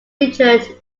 richard